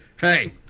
Hey